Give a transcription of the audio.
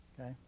Okay